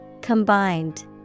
Combined